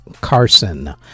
Carson